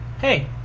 Hey